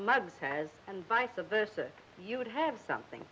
muggs has and vice a versa you would have something